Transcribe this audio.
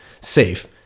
safe